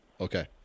Okay